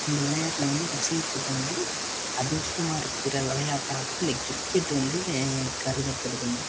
இந்த விளையாட்டில் வந்து ரசிகர் கூட்டம் வந்து அதிகமாக இருக்கிற விளையாட்டாக இந்த கிரிக்கெட் வந்து கருதப்படுதுங்க